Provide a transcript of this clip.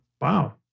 Wow